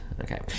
okay